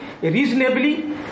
reasonably